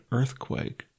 earthquake